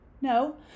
no